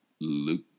Luke